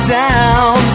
down